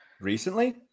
Recently